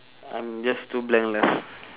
I'm just too blank lah s~